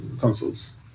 councils